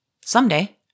someday